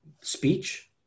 Speech